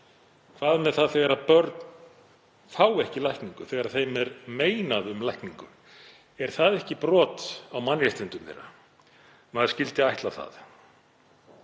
Hvað með það þegar börn fá ekki lækningu, þegar þeim er meinað um lækningu? Er það ekki brot á mannréttindum þeirra? Maður skyldi ætla það.